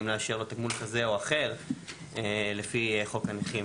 האם לאשר לו תגמול כזה או אחר לפי חוק הנכים.